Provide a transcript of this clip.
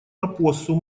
опоссум